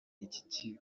iki